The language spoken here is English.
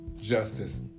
justice